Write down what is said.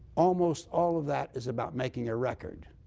almost all of that is about making a record,